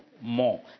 more